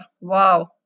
wow